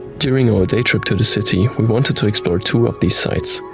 during our day trip to the city, we wanted to explore two of these sites.